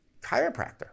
chiropractor